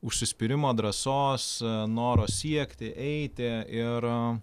užsispyrimo drąsos noro siekti eiti ir